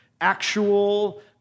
actual